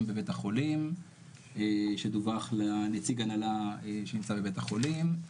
בבית החולים שדווח לנציג הנהלה שנמצא בבית החולים,